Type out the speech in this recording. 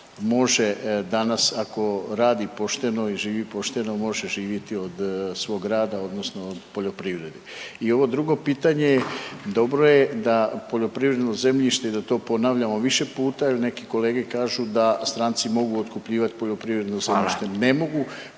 može danas ako radi pošteno i živi pošteno može živjeti od svog rada odnosno od poljoprivrede? I ovo drugo pitanje je, dobro je da poljoprivredno zemljište i da to ponavljamo više pita jel neki kolege kažu da stranci mogu otkupljivat poljoprivredno zemljište…/Upadica